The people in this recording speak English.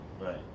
right